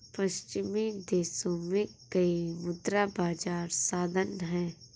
पश्चिमी देशों में कई मुद्रा बाजार साधन हैं